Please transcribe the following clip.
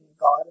God